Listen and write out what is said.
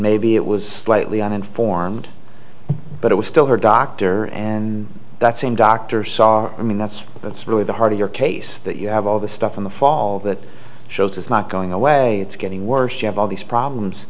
maybe it was slightly uninformed but it was still her doctor and that same doctor saw i mean that's that's really the heart of your case that you have all the stuff in the fall that shows it's not going away it's getting worse you have all these